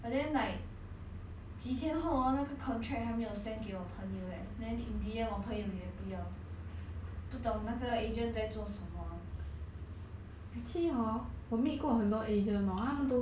then after that the agency okay you can work on this day already like for example tuesday 他可以做工 liao but then like 几天后 hor 那个 contract 还没有 send 给我朋友 leh then in the end 我朋友也不要